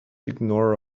ignore